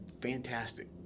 Fantastic